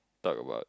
talk about